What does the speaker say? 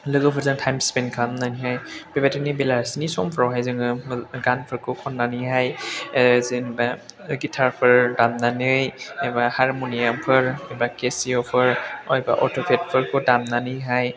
लोगोफोरजों time spend खालामनानैहाय बेबायदिनो बेलासिनि समफ्रावहाय जोङो गानफोरखौ खननानैहाय जेनेबा गिटारफोर दामनानै एबा हारम'नियामफोर एबा केसिय'फोर एबा अट'केडफोर दामनानैहाय